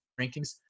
rankings